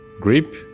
grip